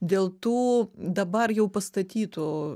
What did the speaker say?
dėl tų dabar jau pastatytų